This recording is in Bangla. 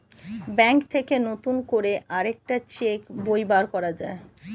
ব্যাঙ্ক থেকে নতুন করে আরেকটা চেক বই পাওয়া যায়